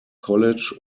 college